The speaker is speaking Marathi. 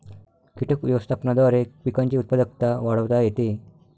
कीटक व्यवस्थापनाद्वारे पिकांची उत्पादकता वाढवता येते